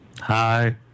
Hi